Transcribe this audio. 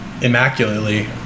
immaculately